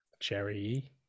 Cherry